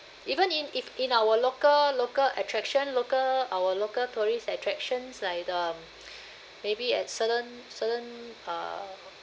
even in if in our local local attraction local our local tourist attractions like um maybe at certain certain uh